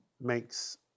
makes